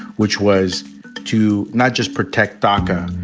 which was to not just protect doca,